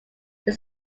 they